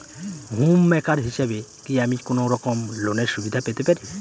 Home maker হিসেবে কি আমি কোনো রকম লোনের সুবিধা পেতে পারি?